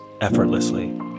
effortlessly